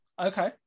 Okay